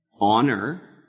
Honor